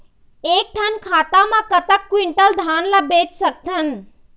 एक ठन खाता मा कतक क्विंटल धान ला बेच सकथन?